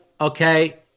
Okay